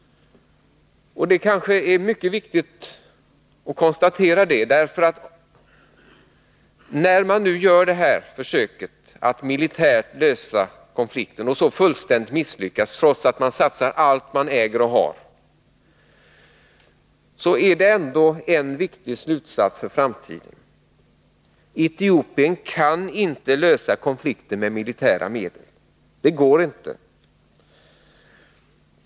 När Etiopien nu gör detta försök att militärt lösa konflikten och så fullständigt misslyckas trots att man satsar allt man äger och har, kan vi därav dra den viktiga slutsatsen för framtiden att Etiopien inte kan lösa konflikten med militära medel. Det går inte.